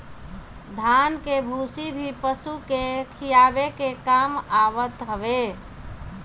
धान के भूसी भी पशु के खियावे के काम आवत हवे